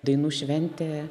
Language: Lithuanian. dainų šventė